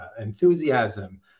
enthusiasm